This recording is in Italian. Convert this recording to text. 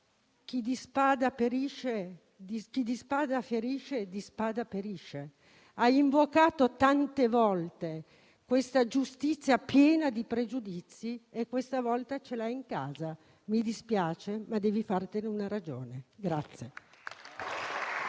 chi di spada ferisce, di spada perisce. Grillo, hai invocato tante volte questa giustizia piena di pregiudizi e questa volta ce l'hai in casa: mi dispiace, ma devi fartene una ragione.